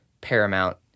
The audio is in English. paramount